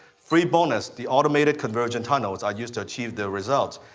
free bonus, the automated conversion tunnels i've used to achieve the result.